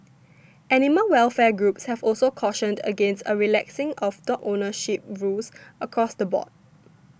animal welfare groups have also cautioned against a relaxing of dog ownership rules across the board